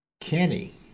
Kenny